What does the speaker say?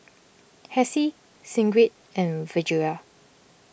Hessie Sigrid and Virgia